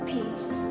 Peace